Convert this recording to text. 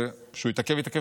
וכשהוא התעכב והתעכב,